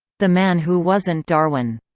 the man who wasn't darwin.